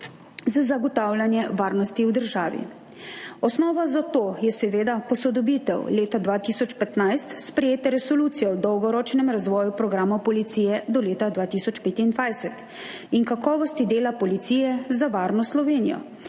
zagotavljanje varnosti v državi. Osnova za to je seveda posodobitev leta 2015 sprejete Resolucije o dolgoročnem razvojnem programu policije do leta 2025 –»Kakovostna policija za varno Slovenijo«,